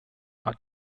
are